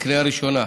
בקריאה ראשונה.